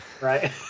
Right